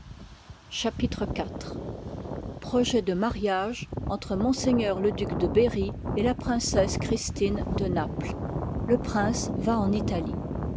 chapitre iv projet de mariage entre ms le duc de berry et la princesse christine de naples le prince va en italie